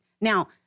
Now